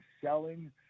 selling